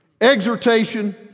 exhortation